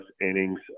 innings